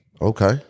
Okay